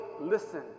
listen